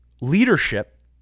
leadership